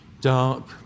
Dark